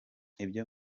ibyo